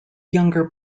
younger